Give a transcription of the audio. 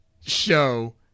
show